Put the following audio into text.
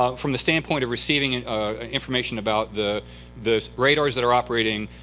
ah from the standpoint of receiving and ah information about the the radars that are operating.